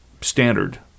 standard